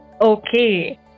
Okay